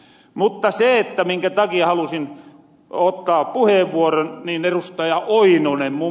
mutta se minkä takia halusin ottaa puheenvuoron niin ed